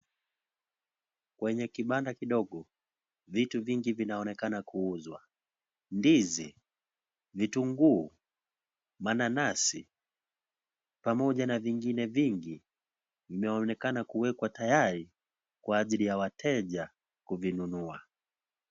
Kwenye kibanda kidogo, vitu vingi vinaonekana kuuuzwa. ndizi, vitunguu, mananasi, pamoja na vingine vingi vinaonekana kuwekwa tayari kwa ziria wataja kuvinunua.